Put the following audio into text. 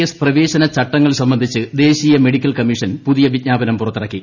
S പ്രവേശന ചട്ടങ്ങൾ സംബന്ധിച്ച് ദേശീയ മെഡിക്കൽ കമ്മീഷൻ പുതിയ വിജ്ഞാപനം പുറത്തിറക്കി